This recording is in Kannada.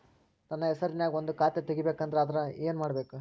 ನನ್ನ ಹೆಸರನ್ಯಾಗ ಒಂದು ಖಾತೆ ತೆಗಿಬೇಕ ಅಂದ್ರ ಏನ್ ಮಾಡಬೇಕ್ರಿ?